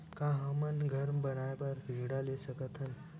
का हमन घर बनाए बार ऋण ले सकत हन?